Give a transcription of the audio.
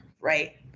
right